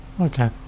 Okay